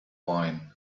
wine